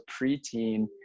preteen